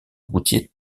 routiers